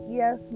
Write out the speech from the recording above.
yes